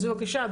אז בבקשה,